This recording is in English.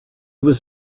was